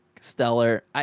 stellar